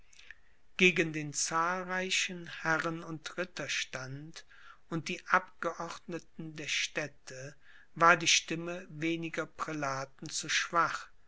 gegen den zahlreichen herren und ritterstand und die abgeordneten der städte war die stimme weniger prälaten zu schwach